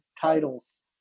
titles